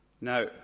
Now